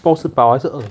so 是饱还是饿